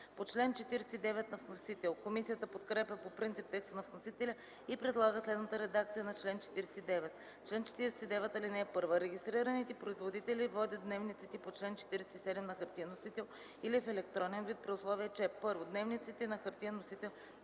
на манипулацията.” Комисията подкрепя по принцип текста на вносителя и предлага следната редакция на чл. 49: „Чл. 49. (1) Регистрираните производители водят дневниците по чл. 47 на хартиен носител или в електронен вид при условие, че: 1. дневниците на хартиен носител